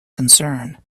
concern